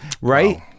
right